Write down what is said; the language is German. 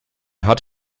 hat